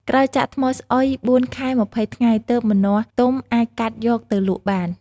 ក្រោយចាក់ថ្មស្អុយ ៤ខែ២០ថ្ងៃ ទើបម្ចាស់ទុំអាចកាត់យកទៅលក់បាន។